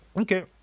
Okay